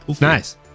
Nice